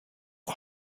the